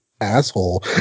asshole